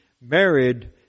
married